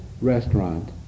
Restaurant